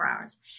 hours